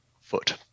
foot